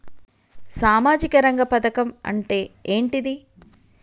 సామాజిక రంగ పథకం అంటే ఏంటిది?